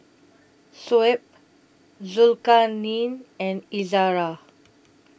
Shuib Zulkarnain and Izara